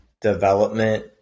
development